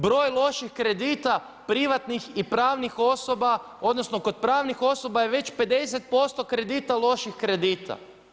Broj loših kredita, privatnih i pravnih osoba, odnosno kod pravnih osoba je već 50% kredita loših kredita.